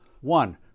One